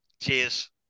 Cheers